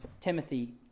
Timothy